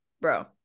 bro